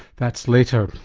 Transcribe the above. that's later.